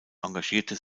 engagierte